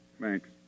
Thanks